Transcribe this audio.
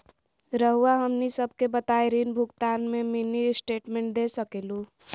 रहुआ हमनी सबके बताइं ऋण भुगतान में मिनी स्टेटमेंट दे सकेलू?